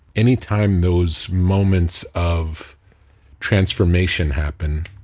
anytime those moments of transformation happen.